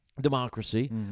democracy